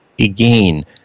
again